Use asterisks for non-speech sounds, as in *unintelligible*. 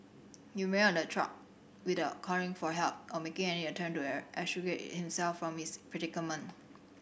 he remained on the track without calling for help or making any attempt to *unintelligible* extricate himself from his predicament